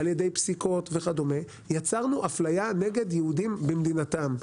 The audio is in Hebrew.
על ידי פסיקות וכדומה יצרנו אפליה נגד יהודים במדינתם.